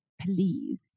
please